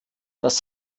das